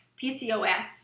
PCOS